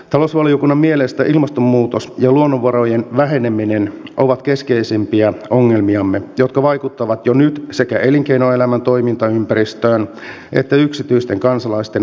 talousvaliokunnan mielestä ilmastonmuutos ja luonnonvarojen väheneminen ovat keskeisimpiä ongelmiamme jotka vaikuttavat jo nyt sekä elinkeinoelämän toimintaympäristöön että yksityisten kansalaisten arkipäivään